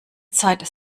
zeit